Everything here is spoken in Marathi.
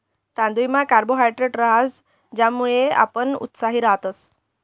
तांदुयमा कार्बोहायड्रेट रहास ज्यानामुये आपण उत्साही रातस